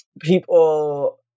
people